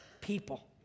people